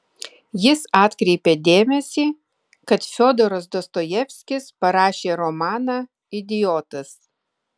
jis atkreipė dėmesį kad fiodoras dostojevskis parašė romaną idiotas